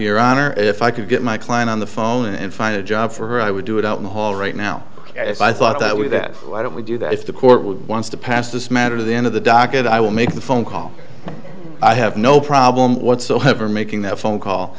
honor if i could get my client on the phone and find a job for her i would do it out in the hall right now if i thought that we that why don't we do that if the court would want to pass this matter to the end of the docket i will make the phone call i have no problem whatsoever making that phone call